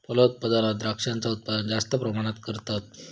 फलोत्पादनात द्रांक्षांचा उत्पादन जास्त प्रमाणात करतत